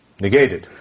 negated